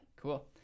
Cool